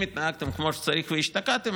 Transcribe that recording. אם התנהגתם כמו שצריך והשתקעתם,